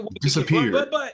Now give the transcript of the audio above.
disappeared